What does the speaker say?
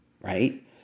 right